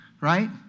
Right